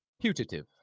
putative